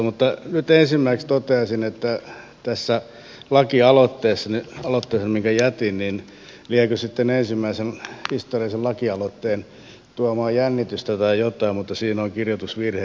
mutta nyt ensimmäiseksi toteaisin että tässä lakialoitteessani minkä jätin liekö sitten ensimmäisen historiallisen lakialoitteen tuomaa jännitystä tai jotakin on kirjoitusvirhe